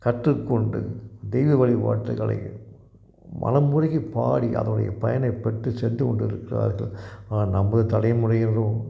கற்றுக்கொண்டு தெய்வ வழிபாட்டுகளை மனம் உருகி பாடி அதோடைய பயனை பெற்று சென்று கொண்டு இருக்கிறார்கள் நமது தலைமுறையினரும்